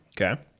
Okay